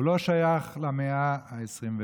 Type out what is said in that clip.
הוא לא שייך למאה ה-21.